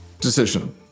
decision